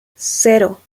cero